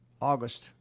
August